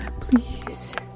Please